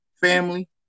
family